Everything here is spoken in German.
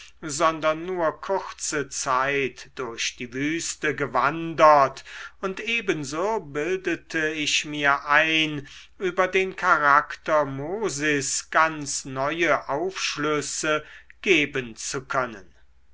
sondern nur kurze zeit durch die wüste gewandert und ebenso bildete ich mir ein über den charakter mosis ganz neue aufschlüsse geben zu können